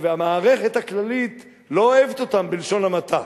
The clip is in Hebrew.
והמערכת הכללית לא אוהבת אותם, בלשון המעטה,